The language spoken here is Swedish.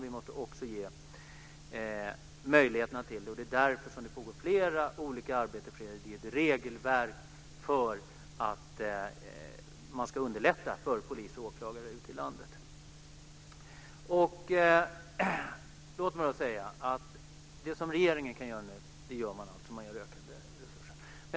Vi måste ge möjligheter till det. Det är därför det pågår flera olika arbeten. Det ska skapas ett regelverk för att underlätta för polis och åklagare ute i landet. Låt mig säga att regeringen gör det den kan göra. Man ökar resurserna.